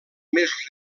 més